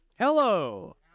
Hello